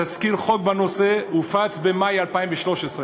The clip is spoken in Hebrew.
תזכיר חוק בנושא הופץ במאי 2013,